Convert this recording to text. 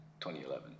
2011